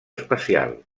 especial